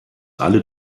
alle